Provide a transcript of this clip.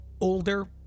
older